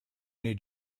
new